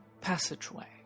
passageway